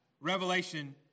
Revelation